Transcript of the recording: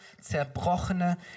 zerbrochene